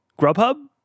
Grubhub